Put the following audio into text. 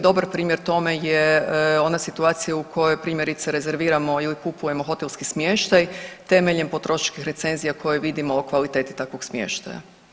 Dobar primjer tome je ona situacija u kojoj primjerice rezerviramo ili kupujemo hotelski smještaj temeljem potrošačkih recenzija koje vidimo u kvaliteti takvog smještaja.